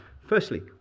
Firstly